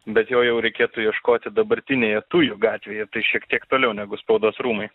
bet jo jau reikėtų ieškoti dabartinėje tujų gatvėje tai šiek tiek toliau negu spaudos rūmai